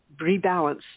rebalance